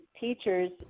teachers